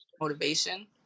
motivation